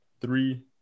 three